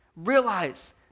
realize